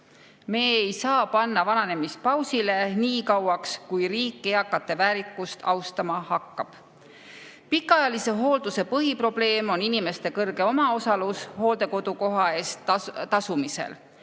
Me ei saa panna vananemist pausile nii kauaks, kuni riik eakate väärikust austama hakkab. Pikaajalise hoolduse põhiprobleem on inimeste kõrge omaosalus hooldekodukoha eest tasumisel.